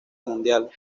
mundial